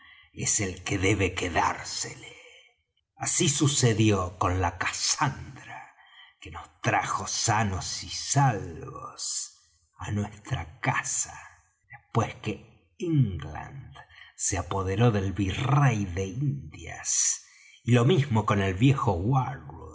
es el que debe quedársele así sucedió con la casandra que nos trajo sanos y salvos á nuestra casa después que england se apoderó del virrey de indias y lo mismo con el viejo